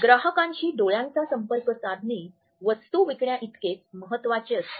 ग्राहकांशी डोळ्यांचा संपर्क साधणे वस्तू विकण्याइतकेच महत्वाचे असते